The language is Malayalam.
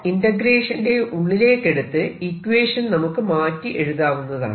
ഇന്റഗ്രേഷന്റെ ഉള്ളിലേക്കെടുത്ത് ഇക്വേഷൻ നമുക്ക് മാറ്റി എഴുതാവുന്നതാണ്